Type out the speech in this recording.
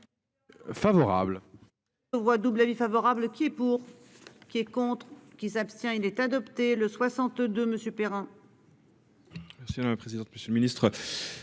Favorable.